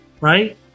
right